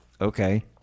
Okay